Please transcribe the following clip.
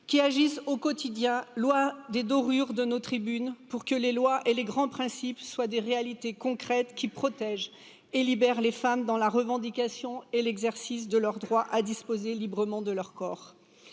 qui agissent au quotidien loin des dorures de nos tribunes pour que les lois et les grands principes soient des réalités concrètes qui protègent et libèrent les femmes dans la revendication et l'exercice de leur droit à disposer librement de leur corps,